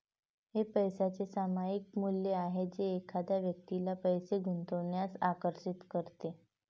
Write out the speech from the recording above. हे पैशाचे सामायिक मूल्य आहे जे एखाद्या व्यक्तीला पैसे गुंतवण्यास आकर्षित करते